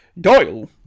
Doyle